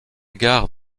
gare